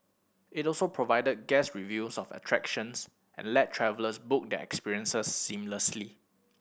it also provide guest reviews of attractions and let travellers book their experiences seamlessly